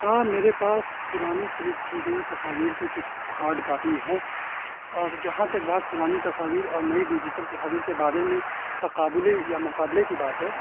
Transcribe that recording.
ہاں میرے پاس پرانی کلک کی گئی تصاویر کی کچھ ہارڈ کاپی ہیں اور جہاں تک بات پرانی تصاویر اور نئی ڈیجیٹل تصاویر کے بارے میں تقابلی یا مقابلے کی بات ہے